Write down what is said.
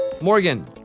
Morgan